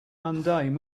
mundane